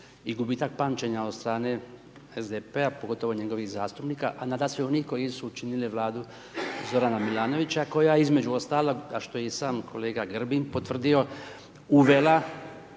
i gubitak pamćenja od strane SDP-a, pogotovo njegovih zastupnika a nadasve onih koji su činili Vladu Zorana Milanovića, koja između ostalog, a što je i sam kolega Grbin potvrdio uvela